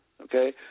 okay